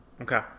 Okay